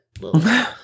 little